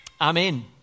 Amen